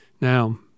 now